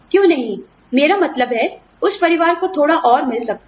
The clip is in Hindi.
क्यों नहीं मेरा मतलब है उस परिवार को थोड़ा और मिल सकता है